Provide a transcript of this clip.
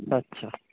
అచ్చ